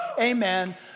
amen